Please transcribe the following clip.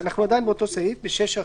אנחנו עדיין באותו סעיף, ב-6.